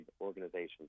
organizations